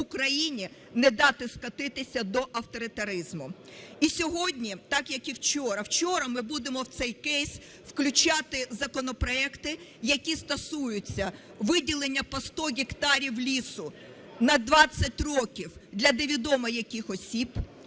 Україні не дати скотитися до авторитаризму. І сьогодні, так як і вчора, вчора ми будемо в цей кейс включати законопроекти, які стосуються виділення по 100 гектарів лісу на 20 років для невідомо яких осіб